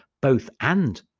both-and